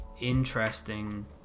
interesting